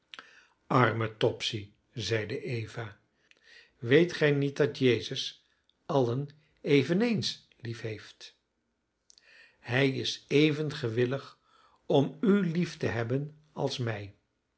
arme topsy zeide eva weet gij niet dat jezus allen eveneens liefheeft hij is even gewillig om u lief te hebben als mij